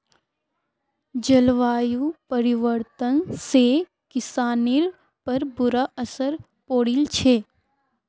जलवायु परिवर्तन से किसानिर पर बुरा असर पौड़ील छे